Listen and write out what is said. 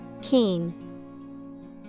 Keen